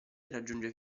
raggiunge